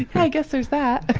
i guess there's that.